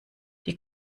die